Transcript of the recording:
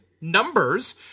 numbers